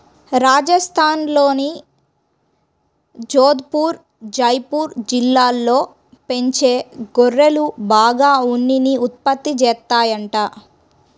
రాజస్థాన్లోని జోధపుర్, జైపూర్ జిల్లాల్లో పెంచే గొర్రెలు బాగా ఉన్నిని ఉత్పత్తి చేత్తాయంట